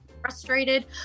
frustrated